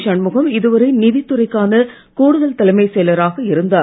ஷண்முகம் இதுவரை நிதித்துறைக்கான கூடுதல் தலைமைச் செயலராக இருந்தார்